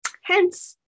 Hence